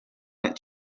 need